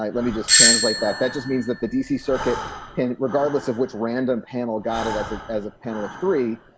let me just translate that. that just means that the d c. circuit can, regardless of which random panel got it as it as a panel of three.